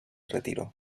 retiró